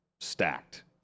stacked